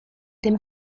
dem